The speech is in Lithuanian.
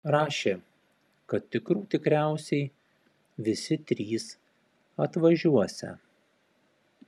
rašė kad tikrų tikriausiai visi trys atvažiuosią